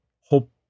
hope